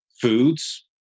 foods